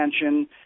attention